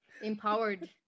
empowered